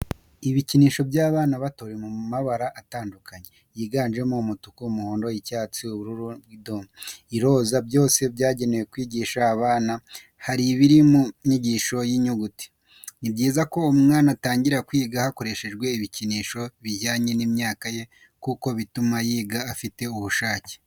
Ibikinisho by'abana bato biri mu mabara atandukanye yiganjemo umutuku, umuhondo, icyatsi, ubururu bw'idoma, iroza, byose byagenewe kwigisha abana hari ibiri mu ishisho y'inyuguti. Ni byiza ko umwana atangira kwiga hakoreshejwe ibikinisho bijyanye n'imyaka ye kuko bituma yiga afite ubushake.